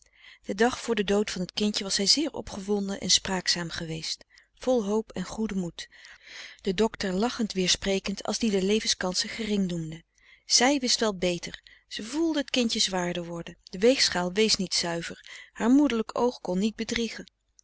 den dag voor den dood van t kindje was zij zeer opgewonden en spraakzaam geweest vol hoop en goeden moed den docter lachend weersprekend als die de levenskansen gering noemde zij wist wel beter ze voelde het kindje zwaarder worden de weegschaal wees niet zuiver haar moederlijk oog kon niet bedriegen